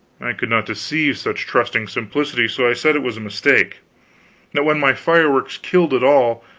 i could not deceive such trusting simplicity, so i said it was a mistake that when my fireworks killed at all,